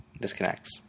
disconnects